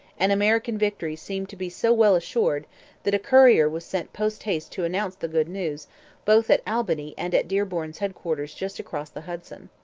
an american victory seemed to be so well assured that a courier was sent post-haste to announce the good news both at albany and at dearborn's headquarters just across the hudson.